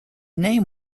name